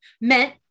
meant